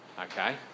Okay